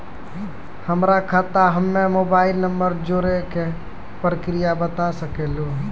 हमर खाता हम्मे मोबाइल नंबर जोड़े के प्रक्रिया बता सकें लू?